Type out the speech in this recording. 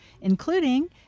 including